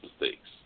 mistakes